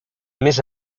més